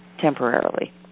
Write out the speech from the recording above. temporarily